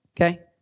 Okay